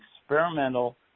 experimental